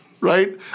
right